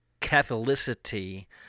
catholicity